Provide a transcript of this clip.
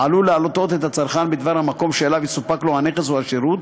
העלול להטעות את הצרכן בדבר המקום שאליו יסופק לו הנכס או השירות,